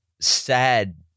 sad